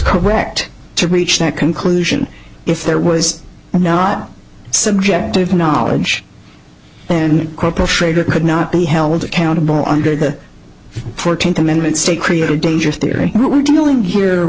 correct to reach that conclusion if there was not subjective knowledge then corporal shrader could not be held accountable under the fourteenth amendment state created a dangerous theory we're dealing here